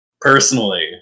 personally